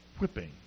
whipping